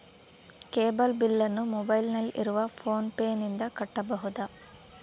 Cable ಬಿಲ್ಲನ್ನು ಮೊಬೈಲಿನಲ್ಲಿ ಇರುವ ಫೋನ್ ಪೇನಿಂದ ಕಟ್ಟಬಹುದಾ?